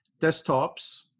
desktops